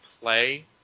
play